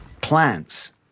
plants